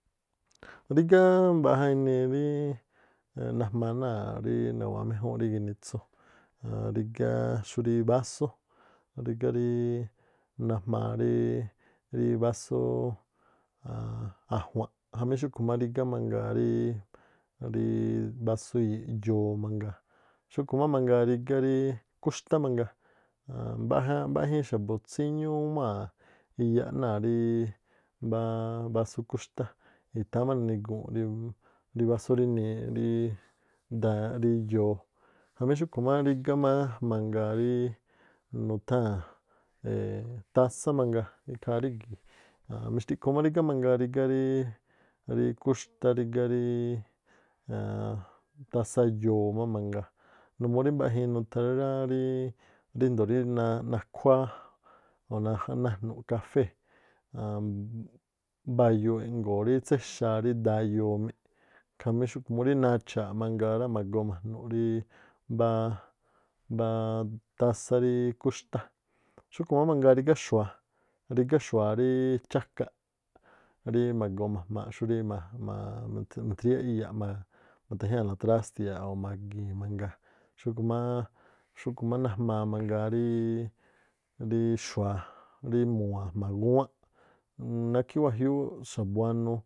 Rígá mbaꞌja inii rí nagu̱ma méjúúnꞌ rí ginitsu, rígá xúrí ri bású, rígá ríí najmaa ríí- ríí-básúú aan a̱jua̱nꞌ jamí xúꞌkhu̱ má rígá mangaa ríí- ríí- bású yoo mangaa, xúꞌkhu̱ má mangaa rígá rí kuxtá mangaa aann- mbaꞌja mbaꞌjiin xa̱bu̱ tsíñúú úwáa̱n iyaꞌ náa̱ ríí mbá bású kuxtá i̱tháán má nani̱guu̱nꞌ rí bású rinii- ríí- daaꞌ rí yoo. Jamí xúꞌkhu̱ má rigá mangaa ríí nutháa̱n tásá mangaa mixtiꞌkhu má rigá mangaa rígá rí kuxtá rígá ríí aann- tásá yoo má mangaa, numuu rí mbaꞌjiin nuthá ríndo̱o rí nakhuáá o̱ najnu̱ꞌ kafée̱ aan mba̱yu̱u̱ꞌ eꞌŋgo̱o̱ rí tséxaa rí daa yoo. Jamí xúꞌkhu̱ murí nacha̱a̱ mangaa rá ma̱goo ma̱jnu̱ꞌ rí mbáá, mbáá tásá rí kúxtá. Xú̱khu̱ má mangaa rígá xua̱a rigá xua̱a ríí chákaꞌ rí ma̱jmaaꞌ xurí ma- ma̱jmaaꞌ mithriyá iyaꞌ mitha̱jñáa̱ la trástiaa̱ꞌ o̱ ma̱gi̱i̱n mangaa, xúꞌkhu̱ má najmaa mangaa ríí- rí- xua̱a rí mu̱wa̱a̱n jma̱a gúwánꞌ. Nákhí wajiúúꞌ xa̱buanuu.